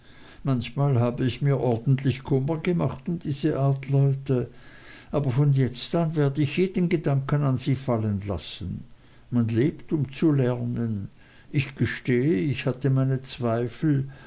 manchmal habe ich mir ordentlich kummer gemacht um diese art leute aber von jetzt an werde ich jeden gedanken an sie fallen lassen man lebt um zu lernen ich gestehe ich hatte meine zweifel